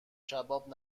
کباب